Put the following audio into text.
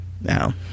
Now